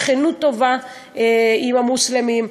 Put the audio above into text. הם נטשו שם שכנות טובה עם המוסלמים,